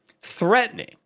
threatening